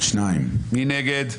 מי נגד?